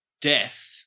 death